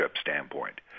standpoint